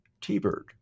T-Bird